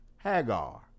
Hagar